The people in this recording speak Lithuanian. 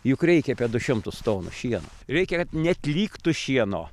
juk reikia apie du šimtus tonų šieno reikia kad net liktų šieno